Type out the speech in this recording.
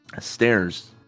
stairs